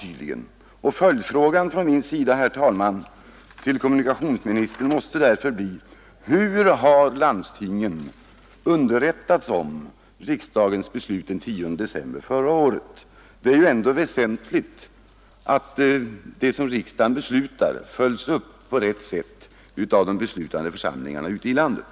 Min följdfråga, herr talman, till kommunikationsministern måste därför bli: Hur har landstingen underrättats om riksdagens beslut av den 10 december förra året? Det är ändå väsentligt att det som riksdagen beslutar följs upp på ett riktigt sätt av de beslutande församlingarna ute i landet.